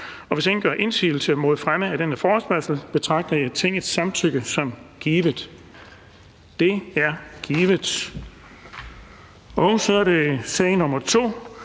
Hvis ingen gør indsigelse mod fremme af denne forespørgsel, betragter jeg Tingets samtykke som givet. Det er givet. --- Det næste